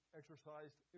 exercised